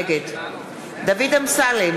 נגד דוד אמסלם,